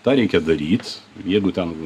tą reikia daryt jeigu ten